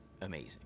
amazing